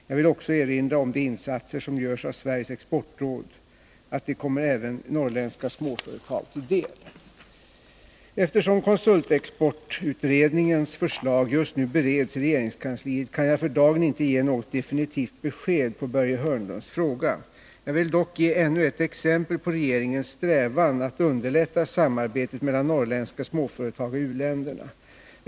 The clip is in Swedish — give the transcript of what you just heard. Jag vill också erinra om att de insatser som görs av Sveriges exportråd kommer även norrländska småföretag till del. Eftersom konsultexportutredningens förslag just nu bereds i regeringskansliet kan jag för dagen inte ge något definitivt besked på Börje Hörnlunds fråga. Jag vill dock ge ännu ett exempel på regeringens strävan att underlätta samarbetet mellan norrländska småföretag och u-länderna.